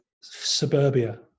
suburbia